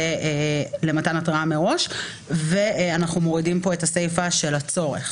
למתן התראה מראש; אנחנו מורידים פה את הסיפה של ה-"צורך".